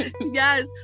yes